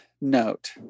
note